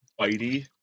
fighty